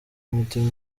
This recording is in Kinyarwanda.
umutima